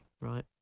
Right